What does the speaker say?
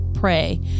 pray